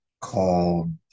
called